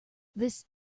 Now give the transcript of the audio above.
this